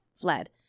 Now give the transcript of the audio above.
fled